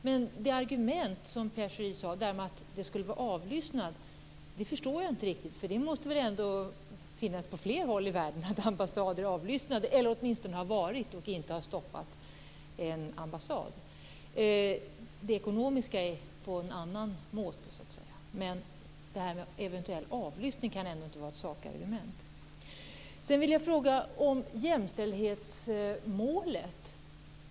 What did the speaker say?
Men det argument om avlyssning som Pierre Schori nämnde förstår jag inte riktigt. Det måste väl ändå vara så på fler håll i världen att ambassaden är eller åtminstone har varit avlyssnad, och det har inte stoppat en ambassad. Det ekonomiska är på en annan måte. Men det här med eventuell avlyssning kan ändå inte vara ett sakargument. Sedan vill jag fråga om jämställdhetsmålet.